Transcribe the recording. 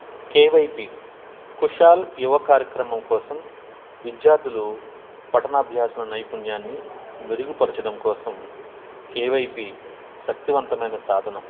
KYP Kushal Yuva కార్యక్రమం కోసం విద్యార్థులు పట్టణాభ్యాసం నైపుణ్యాన్ని మెరుగుపరచడం కోసం కేవైపీ శక్తివంతమైన సాధనం